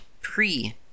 pre